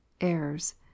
errors